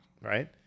Right